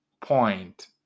point